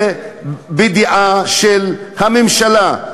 זה בדעה של הממשלה.